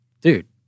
Dude